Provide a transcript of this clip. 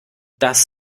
das